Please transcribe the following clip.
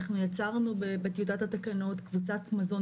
אנחנו יצרנו בטיוטת התקנות קבוצת מזון